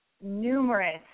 numerous